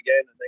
again